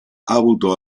avuto